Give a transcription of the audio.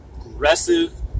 aggressive